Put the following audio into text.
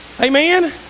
Amen